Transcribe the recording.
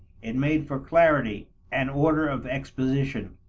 it made for clarity and order of exposition.